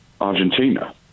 argentina